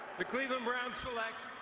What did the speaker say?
the cleveland browns select,